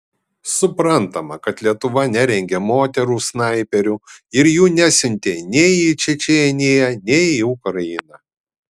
suprantama kad lietuva nerengė moterų snaiperių ir jų nesiuntė nei į čečėniją nei į ukrainą